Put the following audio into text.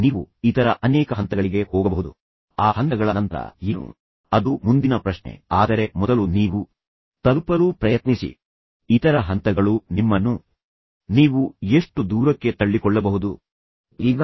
ನೀವು ಅವರಿಗೆ ಕೆಲವು ವೀಡಿಯೊಗಳನ್ನು ತೋರಿಸಬಹುದಾದ ಕೆಲವು ಘಟನೆಗಳನ್ನು ನೆನಪಿಸಿಕೊಳ್ಳಲು ಸಹ ನೀವು ಪ್ರಯತ್ನಿಸಿ ಅವರು ಕೆಲವು ಪಾರ್ಟಿಗಳಿಗೆ ಹಾಜರಾಗುತ್ತಿದ್ದಾಗ ನೀವು ಹೊಂದಿರುವ ವಿಡಿಯೋ ತುಣುಕುಗಳನ್ನು ತೋರಿಸಿ